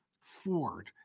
Ford